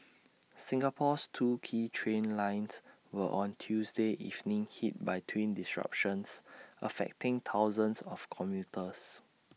Singapore's two key train lines were on Tuesday evening hit by twin disruptions affecting thousands of commuters